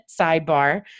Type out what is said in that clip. sidebar